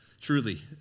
truly